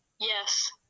Yes